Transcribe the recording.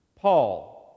Paul